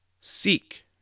Seek